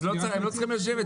אז לא צריכים לשבת.